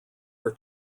were